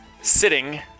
sitting